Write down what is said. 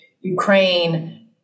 Ukraine